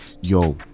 yo